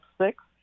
six